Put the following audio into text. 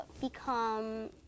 become